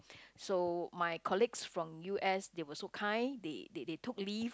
so my colleagues from U_S they were so kind they they they took leave